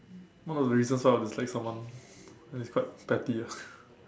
one of the reasons I will dislike someone and it's quite petty ah